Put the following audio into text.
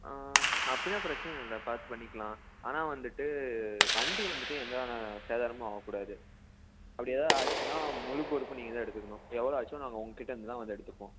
அப்படின்னா பிரச்சின இல்லை பார்த்து பண்ணிக்கலாம் ஆனால் வந்துட்டு வண்டி வந்துட்டு எந்த ஒரு சேதாரமும் ஆகக்கூடாது அப்படி ஏதாவது ஆச்சுன்னால் முழுப்பொறுப்பும் நீங்கள் தான் எடுத்துக்கணும் எவ்வளோ ஆச்சோ நாங்கள் உங்கக் கிட்டேருந்து தான் வந்து எடுத்துப்போம்